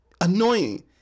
annoying